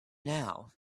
now